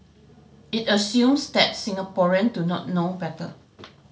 it assumes that Singaporeans do not know better